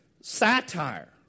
satire